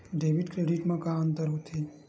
Debit credit मा का अंतर होत हे?